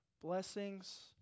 blessings